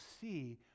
see